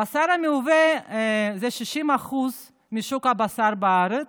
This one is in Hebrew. הבשר המיובא זה 60% משוק הבשר בארץ,